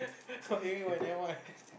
continue why then why